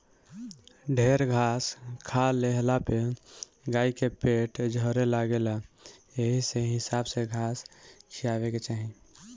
ढेर घास खा लेहला पे गाई के पेट झरे लागेला एही से हिसाबे में घास खियावे के चाही